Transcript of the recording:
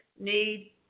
need